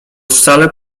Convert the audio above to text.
wcale